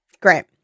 Great